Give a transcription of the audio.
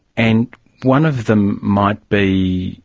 and one of them might be,